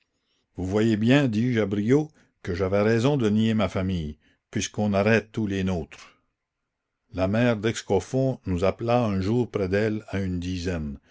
vous voyez bien dis-je à briot que j'avais raison de nier ma famille puisqu'on arrête tous les nôtres la mère d'excoffons nous appela un jour près d'elle à une dizaine